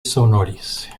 sonoris